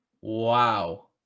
Wow